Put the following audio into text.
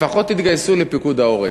לפחות תתגייסו לפיקוד העורף.